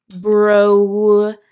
bro